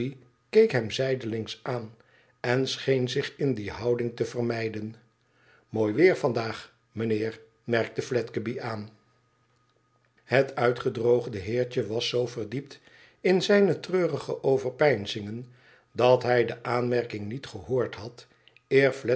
keek hem zijdelings aan en scheen zich in die houding te vermeiden mooi weer vandaag mijnheer merkte fledgeby aan het uitgedroogde heertje was zoo verdiept in zijne treurige overpeinzingen dat hij de aanmerking niet gehoord had